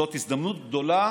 זו הזדמנות גדולה